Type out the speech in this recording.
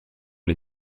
les